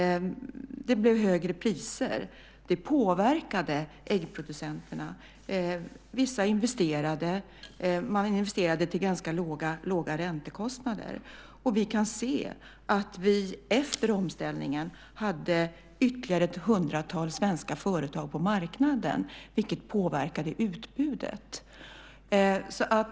Det blev högre priser. Det påverkade äggproducenterna. Vissa investerade och gjorde det till ganska låga räntekostnader. Och vi kan se att vi efter omställningen hade ytterligare ett hundratal svenska företag på marknaden, vilket påverkade utbudet.